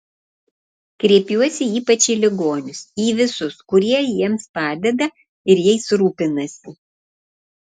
kreipiuosi ypač į ligonius į visus kurie jiems padeda ir jais rūpinasi